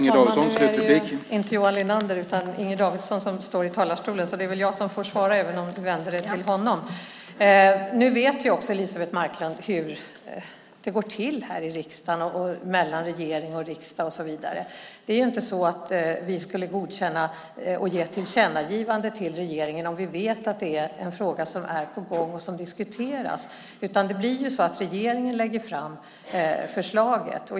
Herr talman! Nu är det inte Johan Linander utan Inger Davidson som står i talarstolen, så det är jag som får svara även om Elisebeht Markström vände sig till honom. Jag vet hur det går till här riksdagen, mellan riksdag och regering och så vidare. Det är inte så att vi gör ett tillkännagivande till regeringen om vi vet att det är en fråga som är på gång och som diskuteras, utan det blir ju så att regeringen lägger fram förslaget.